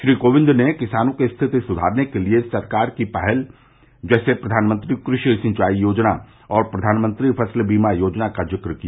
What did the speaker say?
श्री कोविंद ने किसानों की स्थिति सुधारने के लिए सरकार की पहल जैसे प्रधानमंत्री कृषि सिंचाई योजना और प्रधानमंत्री फसल बीमा योजना का जिक्र किया